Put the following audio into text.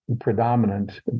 predominant